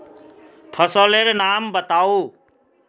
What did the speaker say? फसल लेर नाम बाताउ?